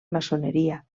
maçoneria